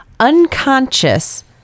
unconscious